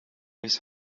his